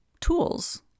tools